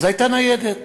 אז הייתה ניידת